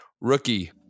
rookie